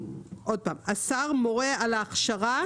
עוד פעם, השר מורה על ההכשרה למצלמות.